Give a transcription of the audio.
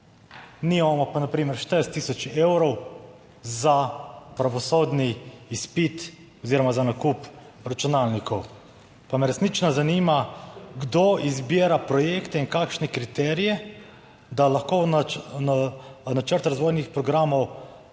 Nimamo pa na primer 40 tisoč evrov za pravosodni izpit oziroma za nakup računalnikov. Pa me resnično zanima, kdo izbira projekte in kakšne kriterije, da lahko v načrt razvojnih programov